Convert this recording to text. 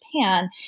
Japan